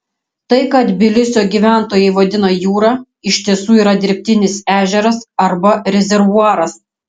tai ką tbilisio gyventojai vadina jūra iš tiesų yra dirbtinis ežeras arba rezervuaras